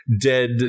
dead